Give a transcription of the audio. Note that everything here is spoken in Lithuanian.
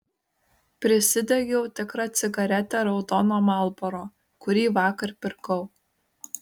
prisidegiau tikrą cigaretę raudono marlboro kurį vakar pirkau